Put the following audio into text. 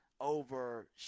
over